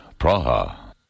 Praha